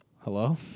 hello